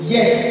Yes